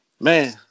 man